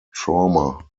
trauma